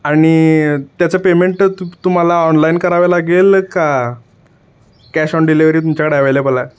आणि त्याचं पेमेंट तू तुम्हाला ऑनलाईन करावं लागेल का कॅश ऑन डिलेवरी तुमच्याकडे अव्हेलेबल आहे